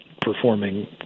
performing